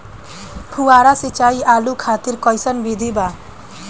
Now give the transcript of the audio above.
फुहारा सिंचाई आलू खातिर कइसन विधि बा?